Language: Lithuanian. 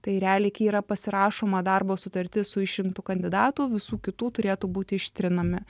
tai realiai kai yra pasirašoma darbo sutartis su išrinktu kandidatu visų kitų turėtų būti ištrinami